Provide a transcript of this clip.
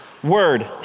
Word